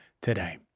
today